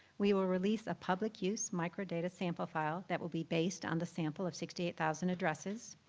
we will release a public use microdata sample file that will be based on the sample of sixty eight thousand addresses.